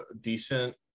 decent